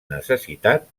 necessitat